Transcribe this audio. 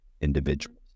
individuals